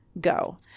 go